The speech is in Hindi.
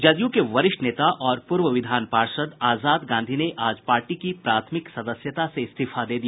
जदयू के वरिष्ठ नेता और पूर्व विधान पार्षद आजाद गांधी ने आज पार्टी की प्राथमिक सदस्यता से इस्तीफा दे दिया